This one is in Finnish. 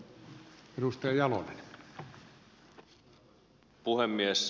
arvoisa puhemies